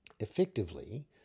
Effectively